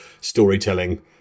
storytelling